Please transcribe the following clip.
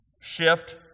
shift